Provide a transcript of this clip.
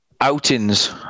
outings